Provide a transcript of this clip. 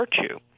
virtue